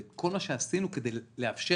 את כל מה שעשינו כדי לאפשר